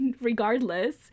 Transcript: regardless